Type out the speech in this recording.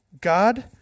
God